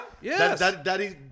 Yes